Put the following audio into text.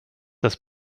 das